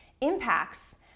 impacts